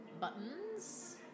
Buttons